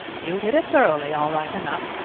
you did it thoroughly, all right enough,